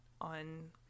on